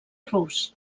rus